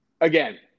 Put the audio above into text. Again